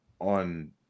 on